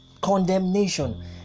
condemnation